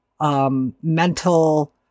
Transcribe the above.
Mental